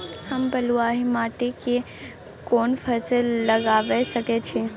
हम बलुआही माटी में कोन फसल लगाबै सकेत छी?